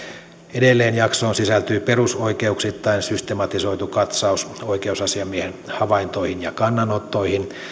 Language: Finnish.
edelleen jaksoon sisältyy perusoikeuksittain systematisoitu katsaus oikeusasiamiehen havaintoihin ja kannanottoihin